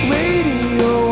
Radio